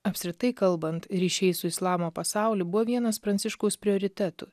apskritai kalbant ryšiai su islamo pasauliu buvo vienas pranciškaus prioritetų